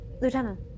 Lieutenant